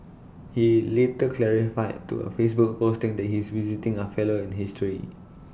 he later clarified to A Facebook posting that he is visiting A fellow in history